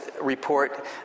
report